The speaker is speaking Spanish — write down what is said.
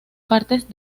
partes